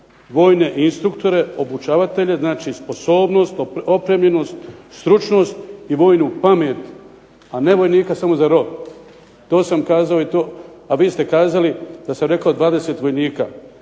vojne instruktore, obučavatelje. Znači, sposobnost, opremljenost, stručnost i vojnu pamet, a ne vojnika samo za rov. To sam kazao i to, a vi ste kazali da sam rekao 20 vojnika.